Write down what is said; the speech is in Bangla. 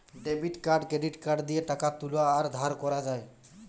ডেবিট কার্ড ক্রেডিট কার্ড দিয়ে টাকা তুলা আর ধার করা যায়